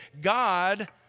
God